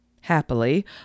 Happily